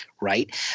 right